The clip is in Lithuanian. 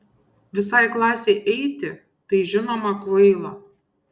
visai klasei eiti tai žinoma kvaila